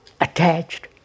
attached